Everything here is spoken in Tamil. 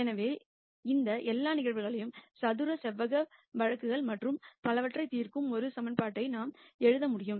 எனவே இந்த எல்லா நிகழ்வுகளையும் சதுர செவ்வக வழக்குகள் மற்றும் பலவற்றை தீர்க்கும் ஒரு ஈகிவேஷன் நாம் எழுத முடியும்